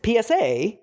PSA